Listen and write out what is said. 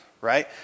right